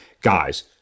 guys